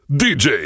dj